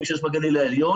מה יהיה שונה?